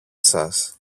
σας